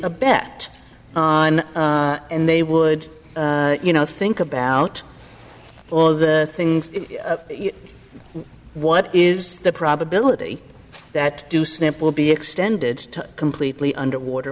a bet on and they would you know think about all the things what is the probability that to snip will be extended to completely underwater